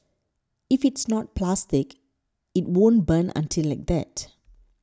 if it's not plastic it won't burn until like that